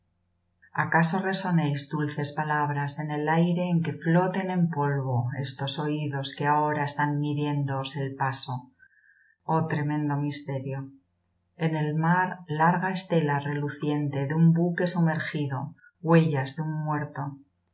acaso resonéis dulces palabras en el aire en que floten en polvo estos oidos que ahora están midiéndoos el paso oh tremendo misterio en el mar larga estela reluciente de un buque sumergido huellas de un muerto